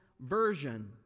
version